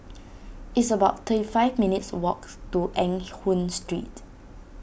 it's about thirty five minutes' walks to Eng Hoon Street